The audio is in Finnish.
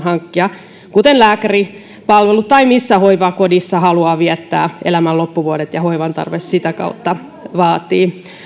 hankkia palvelut kuten lääkäripalvelut tai missä hoivakodissa haluaa viettää elämän loppuvuodet jos hoivan tarve sitä kautta vaatii